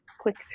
click